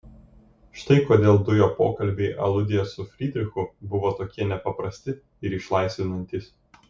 štai kodėl du jo pokalbiai aludėje su frydrichu buvo tokie nepaprasti ir išlaisvinantys